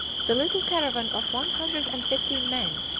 the little caravan of one hundred and fifteen men,